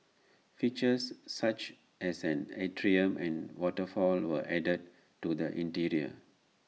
features such as an atrium and waterfall were added to the interior